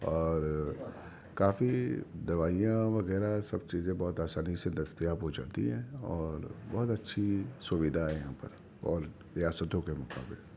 اور کافی دوائیاں وغیرہ سب چیزیں بہت آسانی سے دستیاب ہو جاتی ہیں اور بہت اچھی سویدھا ہے یہاں پر اور ریاستوں کے مقابل